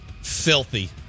Filthy